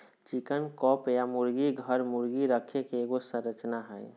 chicken coop या मुर्गी घर, मुर्गी रखे के एगो संरचना हइ